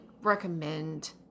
recommend